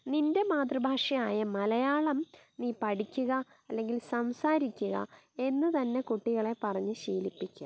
നിൻ്റെ മാതൃഭാഷയായ മലയാളം നീ പഠിക്കുക അല്ലെങ്കിൽ സംസാരിക്കുക എന്ന് തന്നെ കുട്ടികളെ പറഞ്ഞു ശീലിപ്പിക്കുക